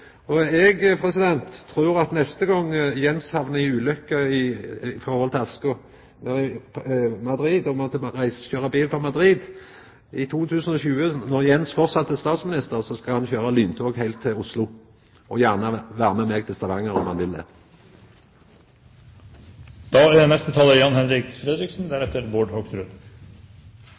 trur at neste gong Jens hamnar i ulykka på grunn av oska og må kjøra bil frå Madrid – i 2020, når Jens framleis er statsminister – så skal han kjøra lyntog heilt til Oslo, og gjerne vera med meg til Stavanger om han vil